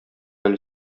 әле